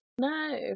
No